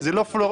זה לא פלורליזם,